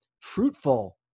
fruitful